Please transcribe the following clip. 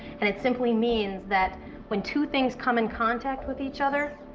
and it simply means that when two things come in contact with each other,